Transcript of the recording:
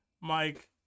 Mike